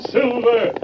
Silver